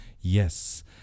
Yes